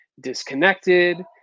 disconnected